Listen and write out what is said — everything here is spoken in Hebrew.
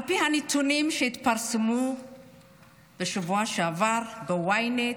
על פי הנתונים שהתפרסמו בשבוע שעבר ב-ynet,